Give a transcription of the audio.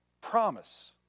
promise